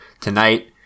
tonight